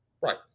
Right